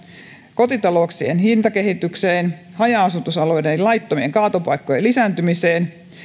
kotitalouksien jätteenkeräilyn hintakehitykseen haja asutusalueiden laittomien kaatopaikkojen lisääntymiseen